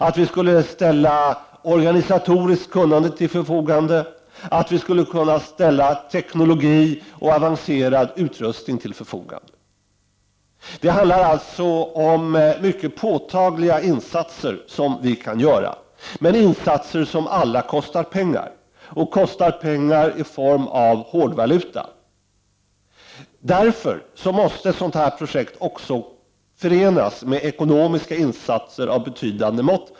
Sverige skulle ställa organisatoriskt kunnande och teknologi samt avancerad utrustning till förfogande. Det handlar alltså om mycket påtagliga insatser som vi kan göra, men insatser som alla kostar pengar i form av hårdvaluta. Därför måste ett sådant projekt också förenas med ekonomiska insatser av betydande mått.